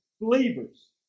believers